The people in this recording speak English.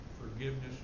forgiveness